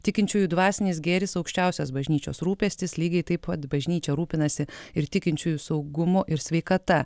tikinčiųjų dvasinis gėris aukščiausias bažnyčios rūpestis lygiai taip pat bažnyčia rūpinasi ir tikinčiųjų saugumu ir sveikata